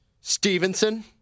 Stevenson